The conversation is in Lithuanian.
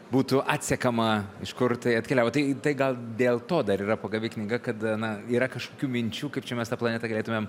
būtų atsekama iš kur tai atkeliavo tai gal dėl to dar yra pagavi knyga kad a na yra kažkokių minčių kaip čia mes tą planetą galėtumėm